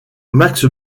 max